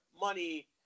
money